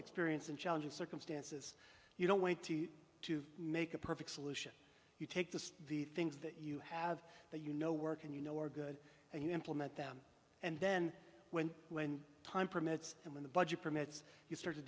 experience in challenging circumstances you don't want to make a perfect solution you take the the things that you have that you know work and you know are good and you implement them and then when when time permits and when the budget permits you start to